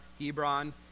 Hebron